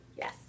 Yes